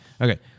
Okay